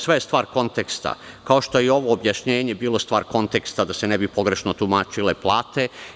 Sve je stvar konteksta, kao što je i ovo objašnjenje bilo stvar konteksta da se ne bi pogrešno tumačile plate.